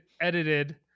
edited